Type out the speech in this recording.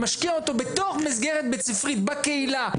משקיע אותו בתוך מסגרת בית-ספרית בקהילה,